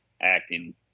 acting